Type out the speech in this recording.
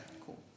Cool